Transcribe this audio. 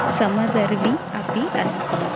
समदर्वी अपि अस्ति